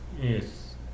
Yes